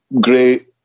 Great